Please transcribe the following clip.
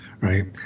right